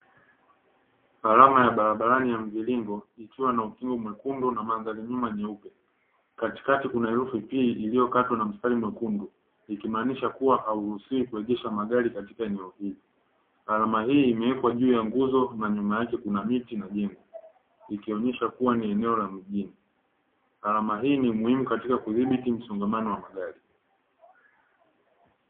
Alama ya barabarani ya mviringo ikiwa na ukingo mwekundu na mandhari nyuma nyeupe, katikati kuna herufi "P" iliyokatwa na mstari mwekundu ikimaanisha kuwa hauruhusiwi kuegesha magari katika eneo hili. Alama hii imewekwa juu ya nguzo na nyuma yake kuna miti na jengo, ikionyesha kuwa ni eneo la mjini. Alama hii ni muhimu katika kudhibiti msongamano wa magari.